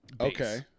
okay